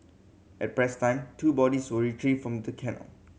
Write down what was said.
at press time two bodies were retrieved from the canal